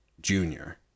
Junior